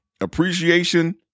Appreciation